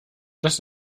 das